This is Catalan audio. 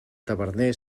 taverner